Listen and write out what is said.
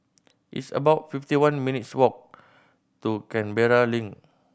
it's about fifty one minutes' walk to Canberra Link